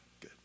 good